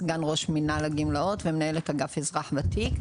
סגן ראש מינהל הגמלאות ומנהלת אגף אזרח ותיק.